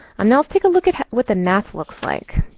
um now take a look at what the math looks like.